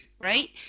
right